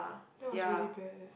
that was really bad eh